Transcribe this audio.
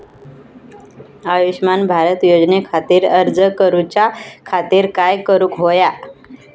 आयुष्यमान भारत योजने खातिर अर्ज करूच्या खातिर काय करुक होया?